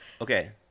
Okay